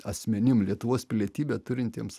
asmenim lietuvos pilietybę turintiems